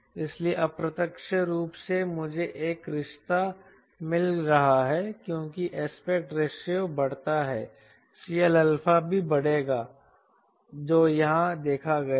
इसलिए अप्रत्यक्ष रूप से मुझे एक रिश्ता मिल रहा है क्योंकि एस्पेक्ट रेशियो बढ़ता है CLα भी बढ़ेगा जो यहां देखा गया है